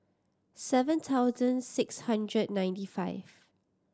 seven thousand six hundred ninety five